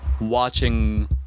watching